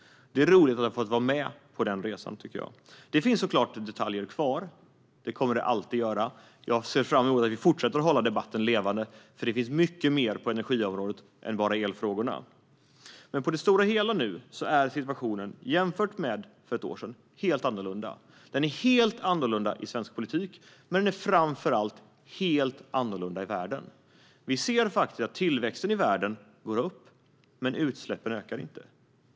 Det är roligt att ha fått vara med på den resan, tycker jag. Det finns såklart detaljer kvar. Det kommer det alltid att göra. Jag ser fram emot att vi fortsätter att hålla debatten levande, för det finns mycket mer på energiområdet än bara elfrågorna. Men på det stora hela är situationen nu helt annorlunda jämfört med för ett år sedan. Den är helt annorlunda i svensk politik, men den är framför allt helt annorlunda i världen. Vi ser faktiskt att tillväxten i världen går upp, men utsläppen ökar inte.